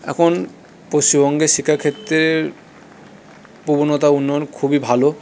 এখন পশ্চিমবঙ্গের শিক্ষাক্ষেত্রের প্রবণতা উন্নয়ন খুবই ভালো